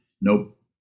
Nope